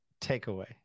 takeaway